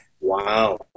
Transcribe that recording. Wow